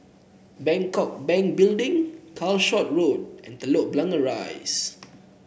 Bangkok Bank Building Calshot Road and Telok Blangah Rise